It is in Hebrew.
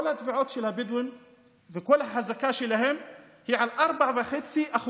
כל התביעות של הבדואים על כל החזקה שלהם הן על 4.5%,